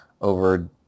over